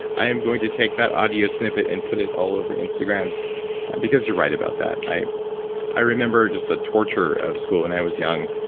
i am going to take that audio snippet and put it all over instagram because you're right about that. i i remember just the torture of school when i was young.